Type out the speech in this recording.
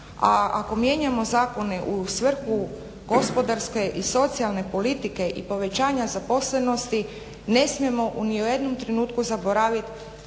a ako mijenjamo zakone u svrhu gospodarske i socijalne politike i povećanja zaposlenosti ne smijemo ni u jednom trenutku zaboravit